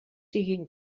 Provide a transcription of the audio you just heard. siguin